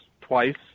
twice